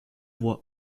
voit